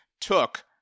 took